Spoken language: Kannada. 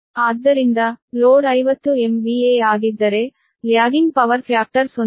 ಆದ್ದರಿಂದ ಲೋಡ್ 50 MVA ಆಗಿದ್ದರೆ ಲ್ಯಾಗಿಂಗ್ ಪವರ್ ಫ್ಯಾಕ್ಟರ್ 0